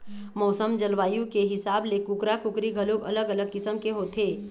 मउसम, जलवायु के हिसाब ले कुकरा, कुकरी घलोक अलग अलग किसम के होथे